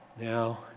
Now